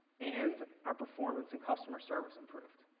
and our performance and customer service improved.